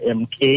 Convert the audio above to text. mk